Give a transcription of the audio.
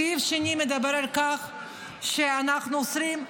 הסעיף השני מדבר על כך שאנחנו אוסרים,